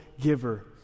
giver